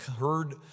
heard